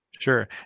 Sure